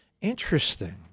Interesting